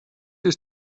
ist